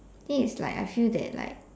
then is like I feel that like